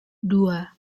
dua